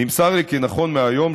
נמסר לי כי נכון להיום,